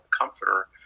comforter